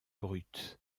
brute